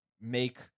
make